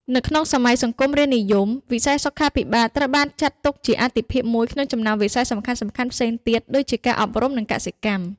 នៅក្នុងសម័យសង្គមរាស្រ្តនិយម វិស័យសុខាភិបាលត្រូវបានចាត់ទុកជាអាទិភាពមួយក្នុងចំណោមវិស័យសំខាន់ៗផ្សេងទៀតដូចជា ការអប់រំ និងកសិកម្ម។